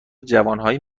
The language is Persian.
جوانهایی